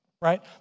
right